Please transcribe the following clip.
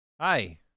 Hi